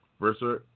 Versa